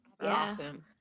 awesome